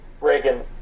Reagan